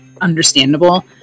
understandable